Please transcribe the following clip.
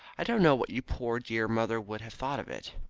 i don't know what your poor dear mother would have thought of it.